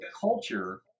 culture